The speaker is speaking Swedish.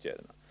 hinner vidtas?